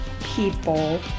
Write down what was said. people